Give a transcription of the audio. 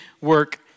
work